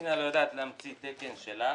המדינה לא יודעת להמציא תקן שלה,